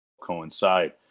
coincide